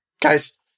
Guys